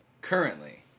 currently